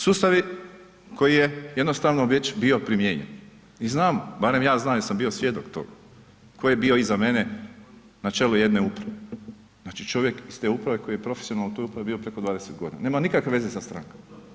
Sustavi koji je jednostavno već bio primijenjen i znamo, barem ja znam jer sam bio svjedok toga, tko je bio iza mene na čelu jedne uprave, znači čovjek iz te uprave koji je profesionalno bio u toj upravi preko 20 g., nema nikakve veze sa strankom.